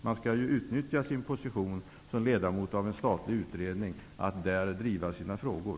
Man skall ju utnyttja sin möjlighet att som ledamot i en statlig utredning driva sina frågor.